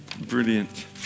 Brilliant